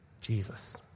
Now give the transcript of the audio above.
Jesus